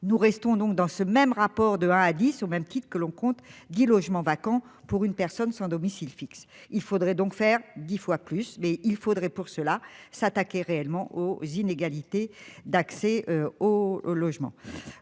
Nous restons donc dans ce même rapport de un à 10 au même titre que l'on compte Guy logements vacants pour une personne sans domicile fixe. Il faudrait donc faire 10 fois plus mais il faudrait pour cela s'attaquer réellement aux inégalités d'accès au logement.